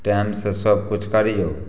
टाइमसे सबकिछु करिऔ